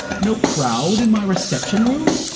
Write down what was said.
no crowd in my reception room?